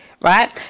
right